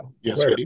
Yes